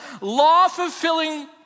law-fulfilling